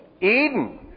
Eden